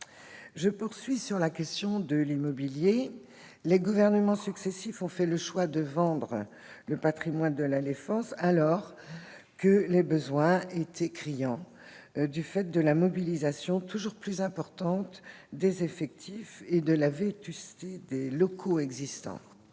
Je poursuis sur la question de l'immobilier. Les gouvernements successifs ont fait le choix de vendre le patrimoine de la défense, alors que les besoins étaient criants, du fait de la mobilisation toujours plus importante des effectifs et de la vétusté des locaux existants.